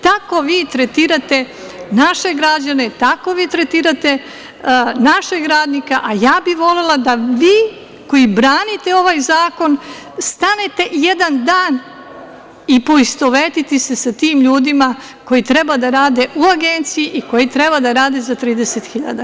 Tako vi tretirate naše građane, tako vi tretirate našeg radnika, a ja bih volela da vi koji branite ovaj zakon stanete jedan dan i poistovetite se sa tim ljudima koji treba da rade u agenciji i koji treba da rade za 30.000.